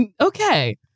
Okay